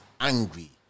angry